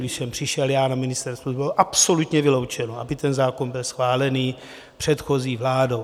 Když jsem přišel na ministerstvo, bylo absolutně vyloučeno, aby ten zákon byl schválen předchozí vládou.